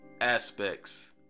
aspects